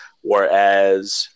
Whereas